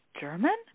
German